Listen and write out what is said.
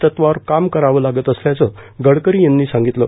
तत्वावर काम करावं लागत असल्याचं गडकरी यांनी सांगितलं